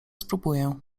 spróbuję